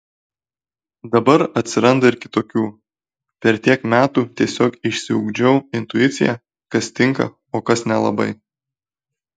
dabar atsiranda ir kitokių per tiek metų tiesiog išsiugdžiau intuiciją kas tinka o kas nelabai